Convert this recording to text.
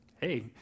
hey